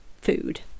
food